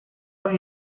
los